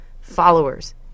followers